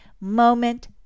moment